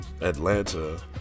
Atlanta